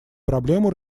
проблему